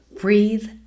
breathe